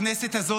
הכנסת הזאת,